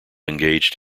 engaged